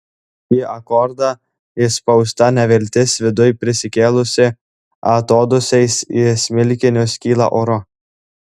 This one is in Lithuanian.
į akordą įspausta neviltis viduj prisikėlusi atodūsiais į smilkinius kyla oru